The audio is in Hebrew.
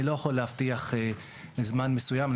אני לא יכול להבטיח זמן מסוים.